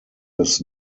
his